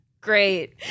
Great